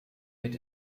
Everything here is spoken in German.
mit